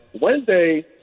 Wednesday